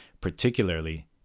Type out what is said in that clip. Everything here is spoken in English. Particularly